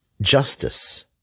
justice